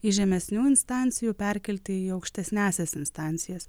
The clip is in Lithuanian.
iš žemesnių instancijų perkelti į aukštesniąsias instancijas